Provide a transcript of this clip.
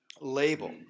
label